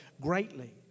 greatly